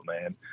man